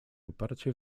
uparcie